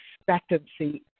expectancy